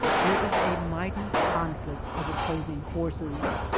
there is a mighty con flict of opposing forces.